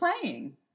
playing